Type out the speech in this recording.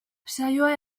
saioa